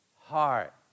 heart